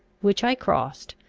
which i crossed,